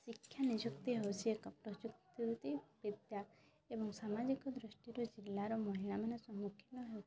ଶିକ୍ଷା ନିଯୁକ୍ତି ହେଉଛି ଏକ ପ୍ରଯୁକ୍ତି ଭିତ୍ତି ବିଦ୍ୟା ଏବଂ ସାମାଜିକ ଦୃଷ୍ଟିରୁ ଜିଲ୍ଲାର ମହିଳାମାନେ ସମ୍ମୁଖୀନ ହେଉଥିବା